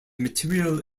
material